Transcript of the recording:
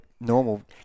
normal